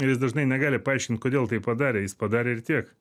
jis dažnai negali paaiškint kodėl taip padarė jis padarė ir tiek